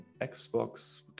Xbox